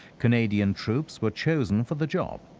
canadian troops were chosen for the job,